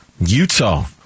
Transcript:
Utah